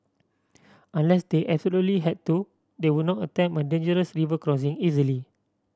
unless they absolutely had to they would not attempt a dangerous river crossing easily